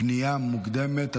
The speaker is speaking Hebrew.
פנייה מוקדמת),